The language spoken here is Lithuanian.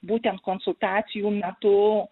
būtent konsultacijų metu